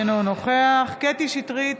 אינו נוכח קטי קטרין שטרית,